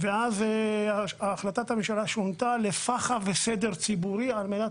אז ההחלטה שונתה מפח״ע בלבד ולפח״ע וסדר ציבורי על מנת